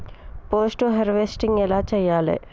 Post harvesting ఎలా చెయ్యాలే?